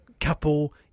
couple